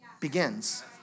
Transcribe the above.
begins